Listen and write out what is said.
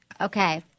Okay